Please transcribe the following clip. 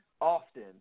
often